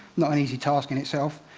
not an easy task, in itself.